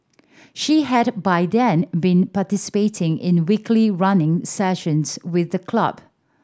she had by then been participating in weekly running sessions with the club